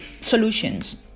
solutions